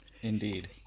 Indeed